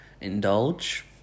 indulge